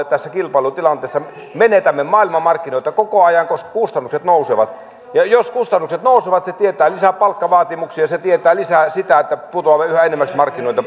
tässä kilpailutilanteessa menetämme maailmanmarkkinoita koko ajan koska kustannukset nousevat ja jos kustannukset nousevat se tietää lisää palkkavaatimuksia ja se tietää lisää sitä että putoamme yhä enemmän markkinoilta